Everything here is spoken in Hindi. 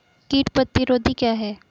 कीट प्रतिरोधी क्या है?